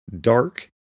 dark